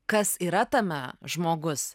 kas yra tame žmogus